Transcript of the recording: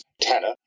Tanner